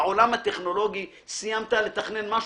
העולם הטכנולוגי סיימת לתכנן משהו,